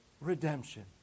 redemption